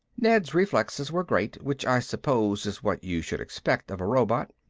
ned's reflexes were great. which i suppose is what you should expect of a robot.